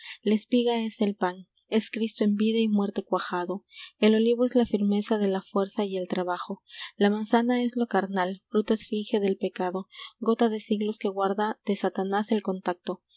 la espiga es el pan es cristo én vida y muerte cuajado el olivo es la firmeza de la fuerza y el trabajo la manzana es lo carnal fruta esfinge del pecado gota de siglos que guarda de satanás el contacto